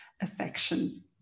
affection